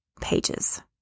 pages